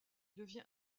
devint